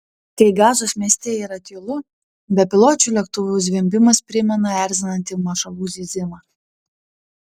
kai gazos mieste yra tylu bepiločių lėktuvų zvimbimas primena erzinantį mašalų zyzimą